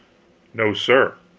no, sir!